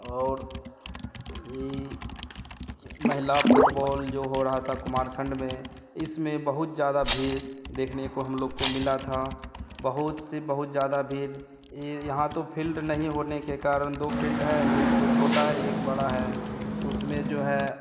और ई महिला फुटबोल जो हो रहा था कुमारखंड में इसमें बहुत ज़्यादा भीड़ देखने को हम लोग को मिली थी बहुत से बहुत ज़्यादा भीड़ यहाँ तो फिल्ड नहीं होने के कारण दो फिल्ड है एक तो छोटा है एक बड़ा है तो उसमें जो है